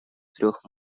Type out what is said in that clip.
трех